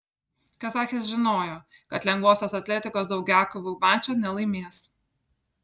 kazachės žinojo kad lengvosios atletikos daugiakovių mačo nelaimės